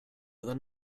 than